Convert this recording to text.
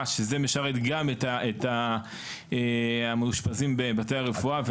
שזה משרת גם את המאושפזים בבתי הרפואה.